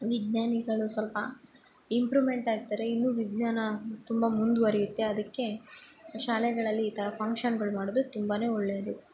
ವಿಜ್ಞಾನಿಗಳು ಸ್ವಲ್ಪ ಇಂಪ್ರುಮೆಂಟ್ ತರ್ತಾರೆ ಇನ್ನು ವಿಜ್ಞಾನ ತುಂಬ ಮುಂದುವರಿಯುತ್ತೆ ಅದಕ್ಕೆ ಶಾಲೆಗಳಲ್ಲಿ ಈ ಥರ ಫಂಕ್ಷನ್ಗಳು ಮಾಡೊದು ತುಂಬಾ ಒಳ್ಳೇದು